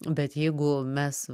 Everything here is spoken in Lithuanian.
bet jeigu mes